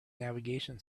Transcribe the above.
navigation